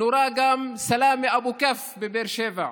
נורה גם סלאמה אבו כף בבאר שבע,